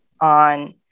on